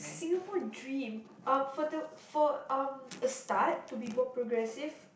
Singapore dream ah for the for um a start to be more progressive